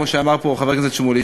כמו שאמר פה חבר הכנסת שמולי,